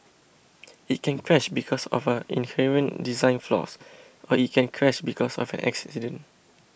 it can crash because of inherent design flaws or it can crash because of an accident